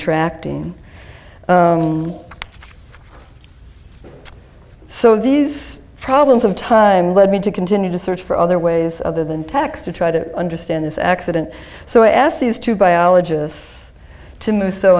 contracting so these problems of time lead me to continue to search for other ways other than tax to try to understand this accident so i asked these two biologists to move so